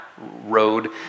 road